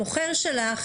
המוכר שלך,